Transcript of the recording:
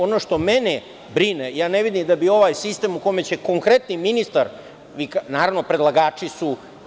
Ono što mene brine, ne vidim da bi ovaj sistem, gde će konkretno ministar, a naravno, predlagači su.